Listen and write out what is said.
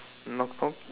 knock knock